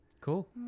cool